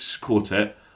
quartet